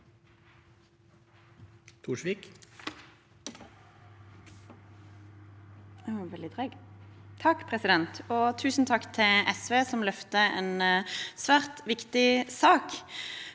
Tusen takk til SV, som løfter en svært viktig sak.